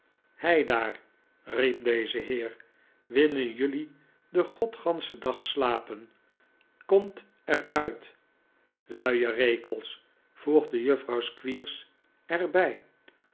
heidaar riep deze heer willen jullie den godganschen dag slapen komt er uit luie rekels voegde juffrouw squeers er